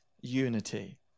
unity